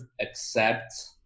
accept